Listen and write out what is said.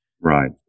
Right